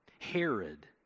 Herod